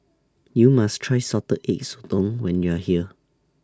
YOU must Try Salted Egg Sotong when YOU Are here